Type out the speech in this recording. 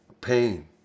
pain